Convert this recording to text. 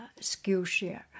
skillshare